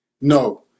no